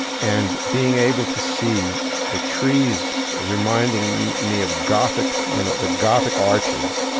and being able to see the trees reminding me of gothic, you know, the gothic arches.